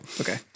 Okay